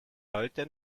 heute